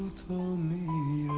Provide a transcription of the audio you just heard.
to me?